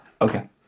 Okay